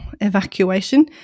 evacuation